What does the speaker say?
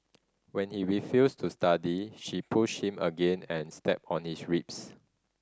when he refused to study she pushed him again and stepped on his ribs